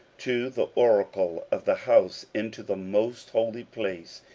to the oracle of the house, into the most holy place,